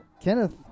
kenneth